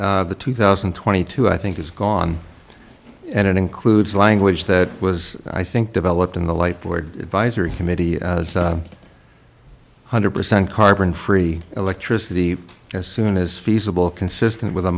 here the two thousand and twenty two i think is gone and it includes language that was i think developed in the light board visors committee one hundred percent carbon free electricity as soon as feasible consistent with a